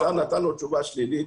השר נתן לו תשובה שלילית,